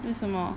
为什么